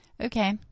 Okay